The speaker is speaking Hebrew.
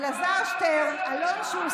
איתן, אל תגיד לי "תתביישי לך",